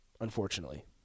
unfortunately